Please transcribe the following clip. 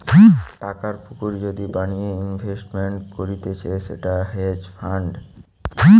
টাকার পুকুর যদি বানিয়ে ইনভেস্টমেন্ট করতিছে সেটা হেজ ফান্ড